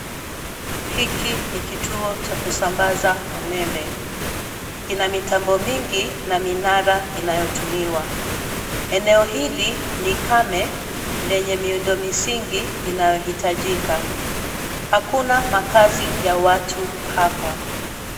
Hiki ni kituo cha kusambaza umeme. Kina mitambo mingi na minara inayotumiwa. Eneo hili ni kame lenye miundo misingi inayohitajika. Hakuna makazi ya watu hapa.